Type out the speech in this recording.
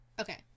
Okay